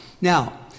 Now